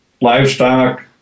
livestock